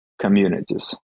communities